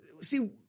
See